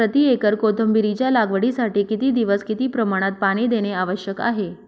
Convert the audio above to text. प्रति एकर कोथिंबिरीच्या लागवडीसाठी किती दिवस किती प्रमाणात पाणी देणे आवश्यक आहे?